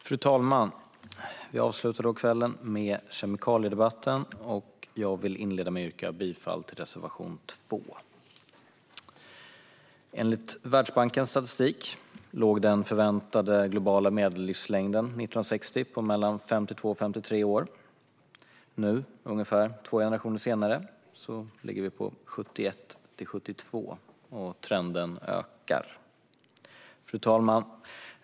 Fru talman! Vi avslutar kvällen med en kemikaliedebatt, och jag vill inleda med att yrka bifall till reservation 2. Enligt Världsbankens statistisk låg den förväntade globala medellivslängden 1960 på mellan 52 och 53 år. Nu, ungefär två generationer senare, ligger den på mellan 71 och 72 år, och trenden är ökande. Fru talman!